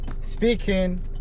speaking